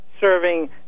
serving